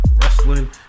wrestling